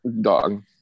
Dog